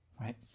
Right